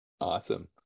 awesome